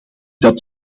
dat